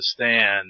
understand